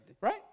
right